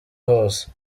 hose